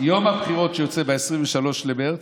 יום הבחירות יוצא ב-23 במרץ,